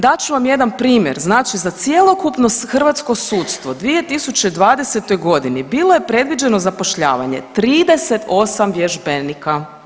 Dat ću vam jedan primjer, znači za cjelokupno hrvatsko sudstvo 2020. g. bilo je predviđeno zapošljavanje 38 vježbenika.